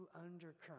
undercurrent